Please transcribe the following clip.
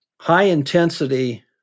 high-intensity